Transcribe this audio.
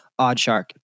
Oddshark